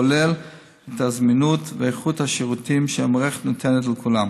כולל את הזמינות והאיכות של השירותים שהמערכת נותנת לכולם.